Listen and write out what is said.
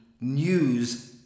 news